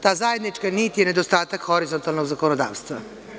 Ta zajednička nit je nedostatak horizontalnog zakonodavstva.